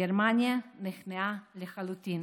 גרמניה נכנעה לחלוטין.